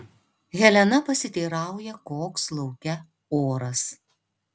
helena pasiteirauja koks lauke oras